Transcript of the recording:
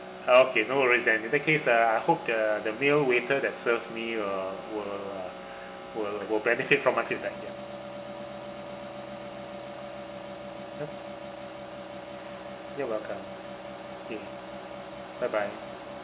okay no worries then in that case uh I hope the the male waiter that serve me will will uh will will benefit from my feedback yup you're welcome okay bye bye